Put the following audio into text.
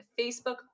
Facebook